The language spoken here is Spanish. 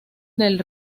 del